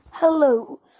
Hello